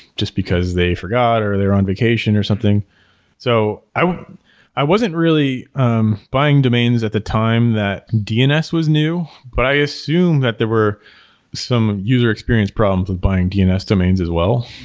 just because they forgot or they're on vacation or something so i i wasn't really um buying domains at the time that dns was new, but i assume that there were some user experience problems with buying dns domains as well.